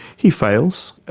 he fails.